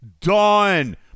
Done